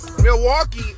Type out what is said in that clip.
Milwaukee